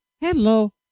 Hello